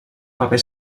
paper